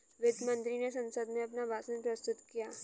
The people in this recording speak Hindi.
वित्त मंत्री ने संसद में अपना भाषण प्रस्तुत किया